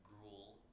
gruel